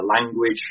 language